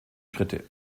schritte